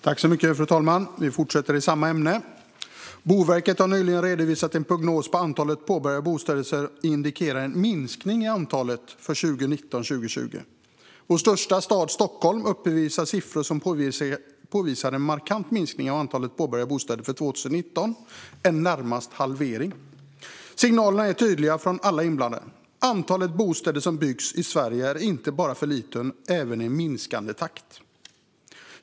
Fru talman! Vi fortsätter på samma ämne. Boverket har nyligen redovisat en prognos om att antalet påbörjade bostäder indikerar en minskning för 2019 och 2020. Vår största stad, Stockholm, uppvisar siffror som påvisar en markant minskning av antalet påbörjade bostäder 2019. Det är närmast en halvering. Signalerna från alla inblandade är tydliga. Antalet bostäder som byggs i Sverige är inte bara för lågt utan det minskar också.